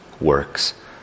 works